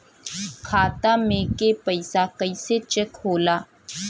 खाता में के पैसा कैसे चेक होला?